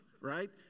right